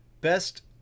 Best